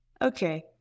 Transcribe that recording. Okay